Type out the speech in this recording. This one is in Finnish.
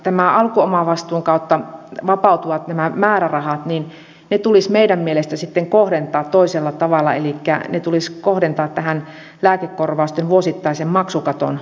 tämän alkuomavastuun kautta vapautuvat määrärahat tulisi meidän mielestämme sitten kohdentaa toisella tavalla elikkä ne tulisi kohdentaa tähän lääkekorvausten vuosittaisen maksukaton alentamiseen